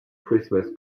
christmas